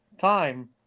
time